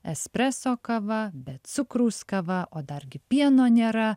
espreso kava be cukraus kava o dargi pieno nėra